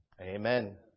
Amen